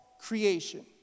creation